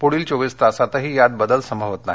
पुढील चोवीस तासातही यात बदल संभवत नाही